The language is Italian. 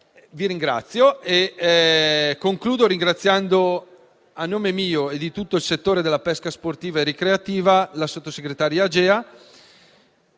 in Aula. Concludo ringraziando, a nome mio e di tutto il settore della pesca sportiva e ricreativa, il sottosegretario Agea